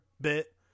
bit